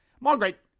Margaret